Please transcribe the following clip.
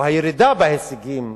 או הירידה בהישגים